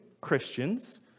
christians